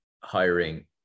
hiring